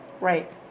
Right